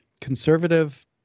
conservative